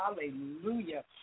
hallelujah